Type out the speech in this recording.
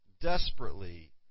desperately